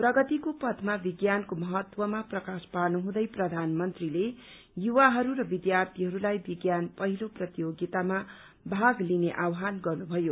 प्रगतिको पथमा विज्ञानको महत्वमा प्रकाश पार्नुहुँदै प्रधानमन्त्रीले युवाहरू र विद्यार्थीहरूलाई विज्ञान पहिलो प्रतियोगितामा भाग लिने आह्वान गर्नुभयो